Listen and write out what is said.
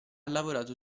lavorato